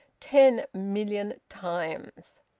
ten million times!